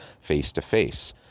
face-to-face